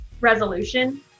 resolution